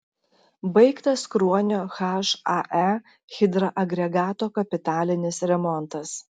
baigtas kruonio hae hidroagregato kapitalinis remontas